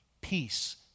Peace